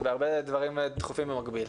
הרבה דברים דחופים במקביל.